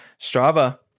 Strava